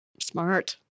Smart